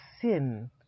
sin